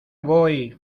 voy